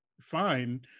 fine